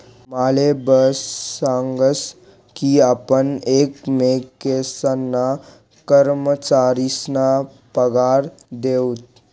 माले बॉस सांगस की आपण एकमेकेसना कर्मचारीसना पगार दिऊत